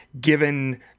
given